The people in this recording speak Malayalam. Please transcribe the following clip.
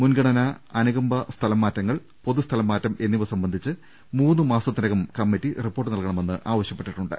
മുൻഗണനാ അനുകമ്പാ സ്ഥലമാറ്റം പൊതു സ്ഥലമാറ്റം എന്നിവ സംബന്ധിച്ച് മൂന്ന് മാസ ത്തിനകം കമ്മറ്റി റിപ്പോർട്ട് നൽകണമെന്ന് ആവശ്യപ്പെട്ടിട്ടുണ്ട്